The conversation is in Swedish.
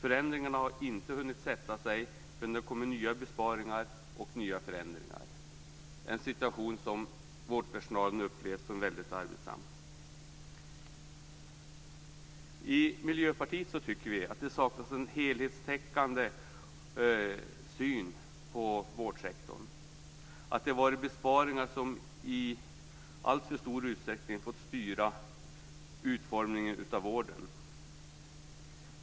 Förändringarna har inte hunnit sätta sig förrän det har kommit nya besparingar och nya förändringar, en situation som vårdpersonalen har upplevt som väldigt arbetsam. I Miljöpartiet tycker vi att det har saknats en helhetssyn på vårdsektorn. Besparingarna har i alltför stor utsträckning fått styra utformningen av vården.